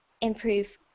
improve